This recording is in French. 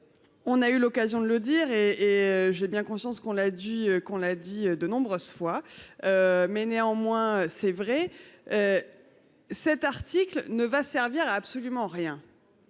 On a eu l'occasion de le dire et et j'ai bien conscience qu'on l'a dit qu'on l'a dit de nombreuses fois. Mais néanmoins, c'est vrai. Cet article ne va servir à absolument rien.